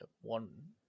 one